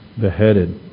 beheaded